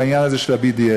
בעניין הזה של ה-BDS?